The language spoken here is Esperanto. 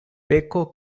peko